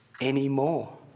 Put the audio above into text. anymore